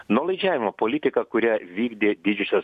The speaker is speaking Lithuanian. nuolaidžiavimo politika kurią vykdė didžiosios